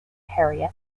harry